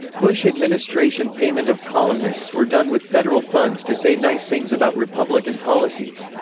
bush administration payment of columnists were done with federal funds to say nice things about republican policies.